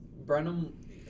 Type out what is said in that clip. brenham